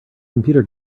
computer